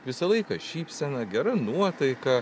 visą laiką šypsena gera nuotaika